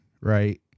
right